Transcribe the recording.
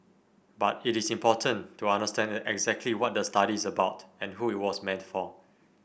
but it is important to understand exactly what the study is about and who it was meant for